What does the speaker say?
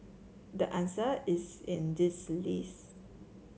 the answer is in this list